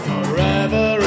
Forever